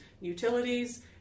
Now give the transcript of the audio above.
utilities